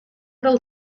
del